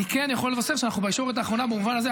אני כן יכול לבשר שאנחנו בישורת האחרונה במובן הזה,